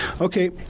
Okay